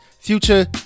Future